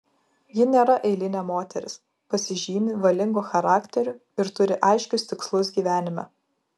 ji nėra eilinė moteris pasižymi valingu charakteriu ir turi aiškius tikslus gyvenime